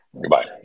Goodbye